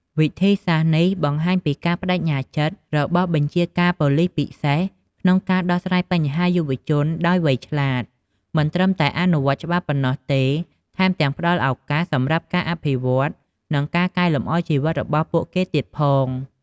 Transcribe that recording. វិធីសាស្ត្រនេះបង្ហាញពីការប្តេជ្ញាចិត្តរបស់បញ្ជាការប៉ូលិសពិសេសក្នុងការដោះស្រាយបញ្ហាយុវជនដោយភាពវៃឆ្លាត មិនត្រឹមតែអនុវត្តច្បាប់ប៉ុណ្ណោះទេ ថែមទាំងផ្តល់ឱកាសសម្រាប់ការអភិវឌ្ឍ និងការកែលម្អជីវិតរបស់ពួកគេទៀតផង។